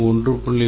1